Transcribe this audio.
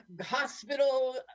hospital